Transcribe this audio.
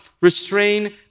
restrain